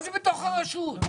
מה זה בתוך הרשות?